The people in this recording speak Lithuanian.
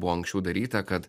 buvo anksčiau daryta kad